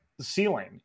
ceiling